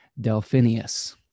Delphinius